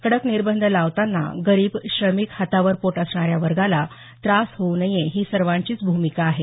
कडक निर्बंध लावतांना गरीब श्रमिक हातावर पोट असणाऱ्या वर्गाला त्रास होऊ नये ही सर्वांचीच भूमिका आहे